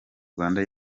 rwanda